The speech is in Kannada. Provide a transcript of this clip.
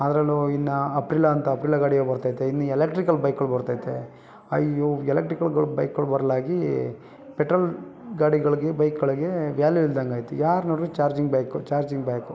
ಅದರಲ್ಲೂ ಇನ್ನೂ ಅಪ್ರಿಲ ಅಂತ ಅಪ್ರಿಲ ಗಾಡಿಗಳು ಬರ್ತೈತೆ ಇನ್ನು ಎಲೆಕ್ಟ್ರಿಕಲ್ ಬೈಕ್ಗಳು ಬರ್ತೈತೆ ಅಯ್ಯೋ ಎಲೆಕ್ಟ್ರಿಕಲ್ಗಳು ಬೈಕ್ಗಳು ಬರಲಾಗಿ ಪೆಟ್ರೋಲ್ ಗಾಡಿಗಳಿಗೆ ಬೈಕ್ಗಳಿಗೆ ವ್ಯಾಲ್ಯೂ ಇಲ್ದಂಗೆ ಆಯಿತು ಯಾರು ನೋಡಿದ್ರು ಚಾರ್ಜಿಂಗ್ ಬೈಕು ಚಾರ್ಜಿಂಗ್ ಬೈಕು